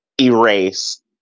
erase